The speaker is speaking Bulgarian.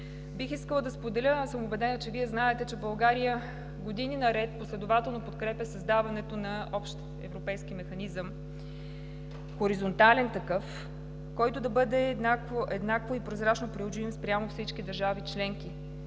бих искала да споделя, а съм убедена, че и Вие знаете, че България години наред последователно подкрепя създаването на общ европейски механизъм – хоризонтален такъв, който да бъде еднакво и прозрачно приложим спрямо всички държави членки,